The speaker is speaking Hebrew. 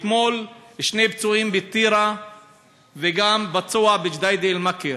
אתמול, שני פצועים בטירה וגם פצוע בג'דיידה מכר.